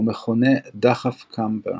ומכונה דחף קמבר.